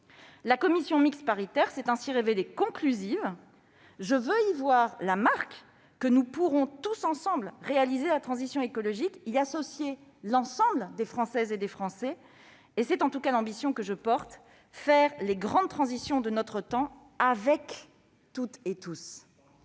La commission mixte paritaire s'est ainsi révélée conclusive. Je veux y voir la marque que nous pourrons tous ensemble réaliser la transition écologique et y associer l'ensemble des Françaises et des Français. C'est en tout cas l'ambition que je porte : réaliser les grandes transitions de notre temps avec toutes et tous.